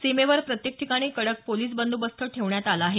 सीमेवर प्रत्येक ठिकाणी कडक पोलीस बंदोबस्त ठेवण्यात आला आहे